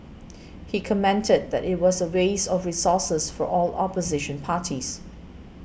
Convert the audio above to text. he commented that it was a waste of resources for all opposition parties